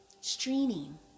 streaming